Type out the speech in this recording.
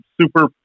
super